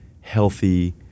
healthy